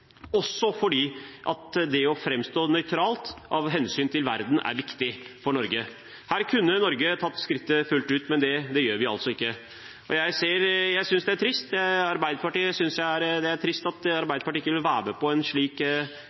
det å framstå nøytralt av hensyn til verden er viktig for Norge. Her kunne Norge tatt skrittet fullt ut, men det gjør vi altså ikke. Jeg synes det er trist. Jeg synes det er trist at Arbeiderpartiet ikke kunne være med på en slik